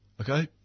Okay